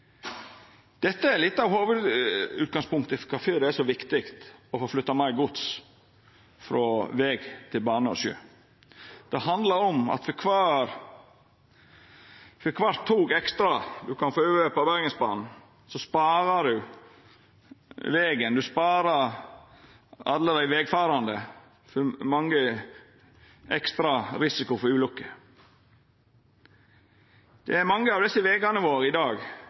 Dette er litt av utgangspunktet for kvifor det er så viktig å få flytta meir gods frå veg til bane og sjø. Det handlar om at for kvart ekstra tog ein kan få over på Bergensbanen, sparar ein vegen og alle dei vegfarande for ekstra risiko for ulykker. Mange av vegane våre er ikkje bygde for den godstrafikken me har i dag.